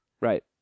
Right